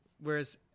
Whereas